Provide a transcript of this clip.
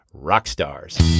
rockstars